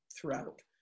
throughout